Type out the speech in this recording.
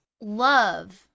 love